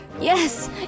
yes